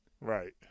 right